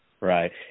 Right